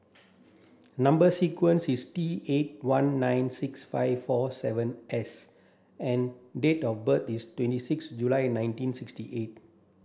number sequence is T eight one nine six five four seven S and date of birth is twenty six July nineteen sixty eight